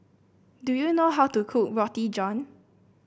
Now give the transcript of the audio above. do you know how to cook Roti John